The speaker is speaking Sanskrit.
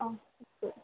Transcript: आम् अस्तु